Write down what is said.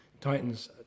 Titans